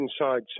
inside